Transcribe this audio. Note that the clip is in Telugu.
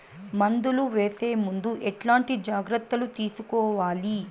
మందులు వేసే ముందు ఎట్లాంటి జాగ్రత్తలు తీసుకోవాలి?